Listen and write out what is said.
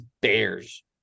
Bears